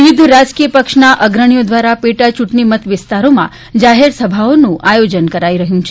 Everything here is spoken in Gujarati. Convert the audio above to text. વિવિધ રાજકીય પક્ષના અગ્રણીઓ દ્વારા પેટાયૂંટણી મત વિસ્તારોમાં જાહેરસભાઓનું આયોજન કરાઇ રહ્યું છે